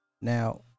Now